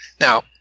now